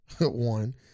One